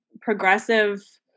progressive